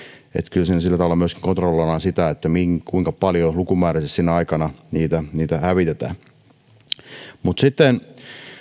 kyllä siinä sillä tavalla myöskin kontrolloidaan sitä kuinka paljon lukumääräisesti sinä aikana niitä niitä hävitetään mutta sitten